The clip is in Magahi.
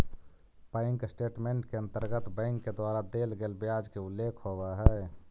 बैंक स्टेटमेंट के अंतर्गत बैंक के द्वारा देल गेल ब्याज के उल्लेख होवऽ हइ